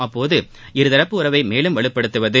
அப்போது இருதப்பு உறவை மேலும் வலுப்படுத்துவது